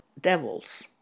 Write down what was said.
devils